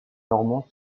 normands